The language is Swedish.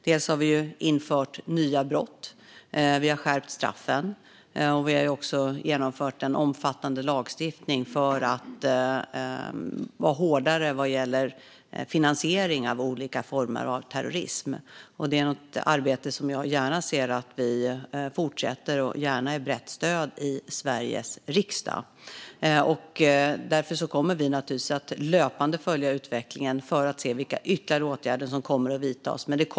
Vi har infört nya brott, vi har skärpt straffen, vi har också genomfört en omfattande och hårdare lagstiftning vad gäller finansiering av olika former av terrorism. Det är ett arbete som jag gärna ser att vi fortsätter och gärna med brett stöd i Sveriges riksdag. Därför kommer vi naturligtvis att löpande följa utvecklingen för att se vilka ytterligare åtgärder som kommer att behöva vidtas.